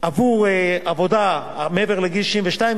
עבור עבודה מעבר לגיל 62,